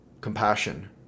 compassion